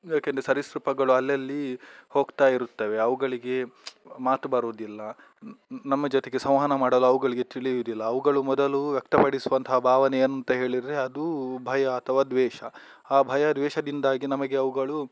ಯಾಕೆಂದರೆ ಸರೀಸೃಪಗಳು ಅಲ್ಲಲ್ಲಿ ಹೋಗ್ತಾ ಇರುತ್ತವೆ ಅವುಗಳಿಗೆ ಮಾತು ಬರುವುದಿಲ್ಲ ನಮ್ಮ ಜೊತೆಗೆ ಸಂವಹನ ಮಾಡಲು ಅವುಗಳಿಗೆ ತಿಳಿಯುವುದಿಲ್ಲ ಅವುಗಳು ಮೊದಲು ವ್ಯಕ್ತ ಪಡಿಸುವಂತಹ ಭಾವನೆ ಎಂತ ಹೇಳಿದರೆ ಅದು ಭಯ ಅಥವಾ ದ್ವೇಷ ಆ ಭಯ ದ್ವೇಷದಿಂದಾಗಿ ನಮಗೆ ಅವುಗಳು